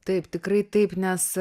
taip tikrai taip nes